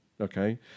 okay